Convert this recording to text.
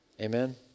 Amen